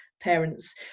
parents